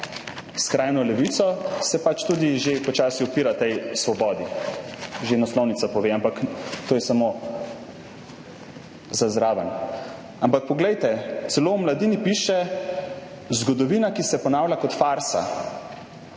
skrajno levico, pač tudi že počasi upira tej svobodi, že naslovnica pove, ampak to je samo za zraven. Ampak poglejte, celo v Mladini piše: zgodovina, ki se ponavlja kot farsa.